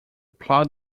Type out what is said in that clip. plough